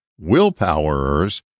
Willpowerers